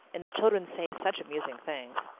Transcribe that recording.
and the children say such amusing things.